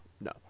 no